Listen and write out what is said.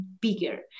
bigger